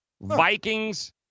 Vikings